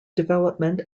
development